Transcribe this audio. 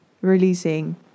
releasing